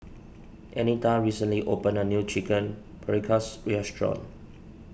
Anita recently opened a new Chicken Paprikas restaurant